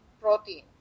protein